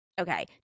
okay